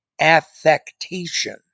affectation